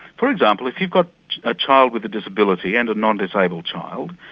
for example, if you've got a child with a disability and a non-disabled child,